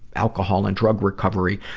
alcohol and drug recovery.